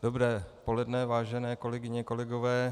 Dobré poledne, vážené kolegyně, kolegové.